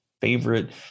favorite